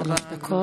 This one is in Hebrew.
שלוש דקות.